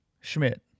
Schmidt